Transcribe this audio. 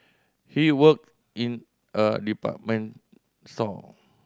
he worked in a department store